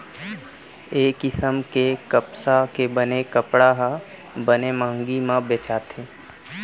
ए किसम के कपसा के बने कपड़ा ह बने मंहगी म बेचाथे